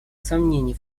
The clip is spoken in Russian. сомнений